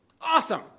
Awesome